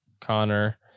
Connor